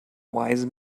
wise